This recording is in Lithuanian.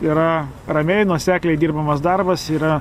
yra ramiai nuosekliai dirbamas darbas yra